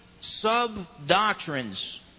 sub-doctrines